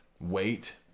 wait